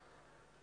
שלום.